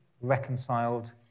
reconciled